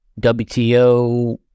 WTO